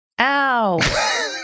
Ow